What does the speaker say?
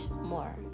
more